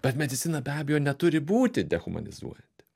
bet medicina be abejo neturi būti dehumanizuoti